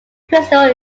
crystal